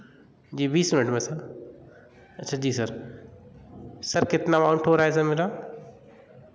जी बीस मिनट में सर अच्छा जी सर सर कितना अमाउन्ट हो रहा है सर मेरा